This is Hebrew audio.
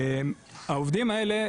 העובדים האלה,